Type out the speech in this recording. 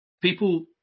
people